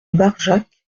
barjac